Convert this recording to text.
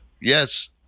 Yes